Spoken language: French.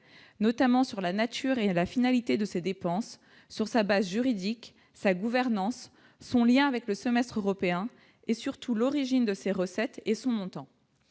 notamment sur la nature et à la finalité de ces dépenses sur sa base juridique sa gouvernance son lien avec le semestre européen et surtout l'origine de ces recettes et son temps,